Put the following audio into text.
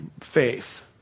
faith